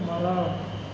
ಮರ